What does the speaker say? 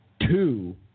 two